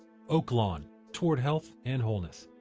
oaklawn toward health and wholeness.